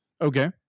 Okay